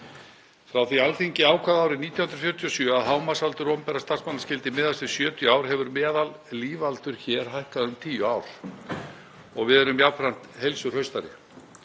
Frá því að Alþingi ákvað árið 1947 að hámarksaldur opinberra starfsmanna skyldi miðast við 70 ár hefur meðallífaldur hér hækkað um tíu ár og við erum jafnframt heilsuhraustari.